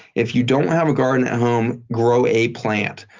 if you don't have a garden at home, grow a plant.